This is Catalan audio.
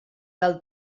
del